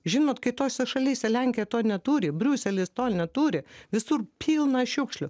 žinot kitose šalyse lenkija to neturi briuselis to neturi visur pilna šiukšlių